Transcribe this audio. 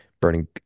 burning